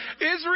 Israel